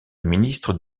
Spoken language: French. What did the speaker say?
ministre